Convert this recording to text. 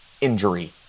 injury